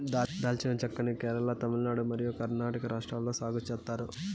దాల్చిన చెక్క ని కేరళ, తమిళనాడు మరియు కర్ణాటక రాష్ట్రాలలో సాగు చేత్తారు